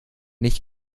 nicht